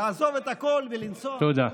לעזוב את הכול ולנסוע, תודה.